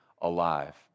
alive